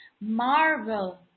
marvel